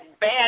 bad